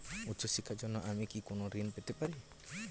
উচ্চশিক্ষার জন্য আমি কি কোনো ঋণ পেতে পারি?